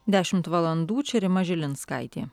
dešimt valandų čia rima žilinskaitė